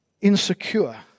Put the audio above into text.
insecure